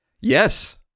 Yes